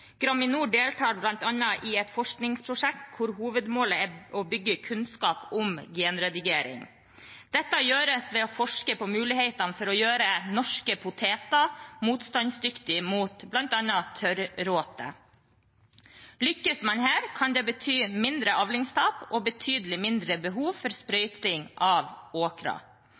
Graminor deltar bl.a. i et forskningsprosjekt hvor hovedmålet er å bygge kunnskap om genredigering. Dette gjøres ved å forske på mulighetene for å gjøre norske poteter motstandsdyktige mot bl.a. tørråte. Lykkes man her, kan det bety mindre avlingstap og betydelig mindre behov for sprøyting av